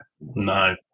No